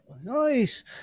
Nice